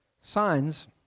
Signs